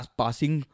passing